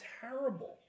terrible